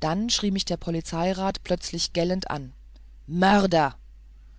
dann schrie mich der polizeirat plötzlich gellend an mörder